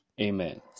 amen